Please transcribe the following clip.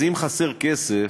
אז אם חסר כסף,